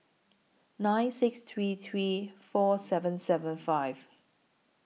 nine six three three four seven seven five